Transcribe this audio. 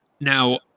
Now